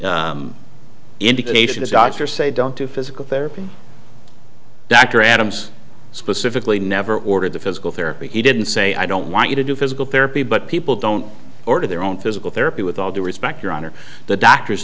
is doctor say don't do physical therapy dr adams specifically never ordered the physical therapy he didn't say i don't want you to do physical therapy but people don't order their own physical therapy with all due respect your honor the doctors